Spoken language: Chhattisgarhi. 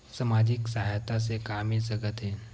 सामाजिक सहायता से का मिल सकत हे?